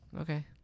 Okay